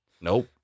Nope